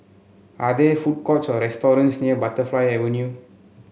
are there food courts or restaurants near Butterfly Avenue